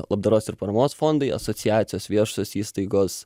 labdaros ir paramos fondai asociacijos viešosios įstaigos